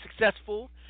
successful